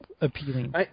appealing